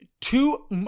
two